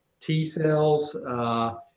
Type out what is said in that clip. T-cells